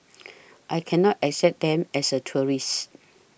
I can not accept them as a tourist